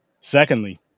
Secondly